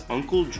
Uncle